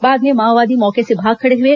बाद में माओवादी मौके से भाग खड़े हए